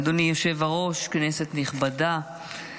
אדוני היושב-ראש, כנסת נכבדה,